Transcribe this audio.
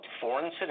Foreign